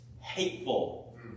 hateful